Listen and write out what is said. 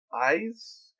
eyes